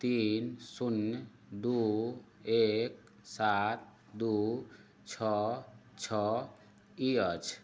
तीन शून्य दू एक सात दू छओ छओ अछि